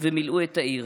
ומילאו את העיר.